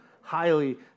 highly